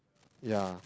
yeah